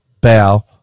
bow